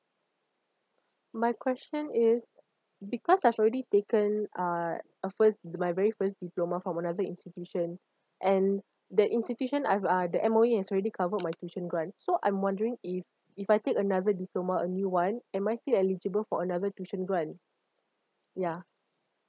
my question is because I've already taken uh a first my very first diploma from another institution and the institution I've uh the M_O_E has already covered my tuition grant so I'm wondering if if I take another diploma a new one am I still eligible for another tuition grant ya